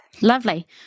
Lovely